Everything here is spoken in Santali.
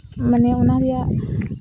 ᱢᱟᱱᱮ ᱚᱱᱟ ᱨᱮᱭᱟᱜ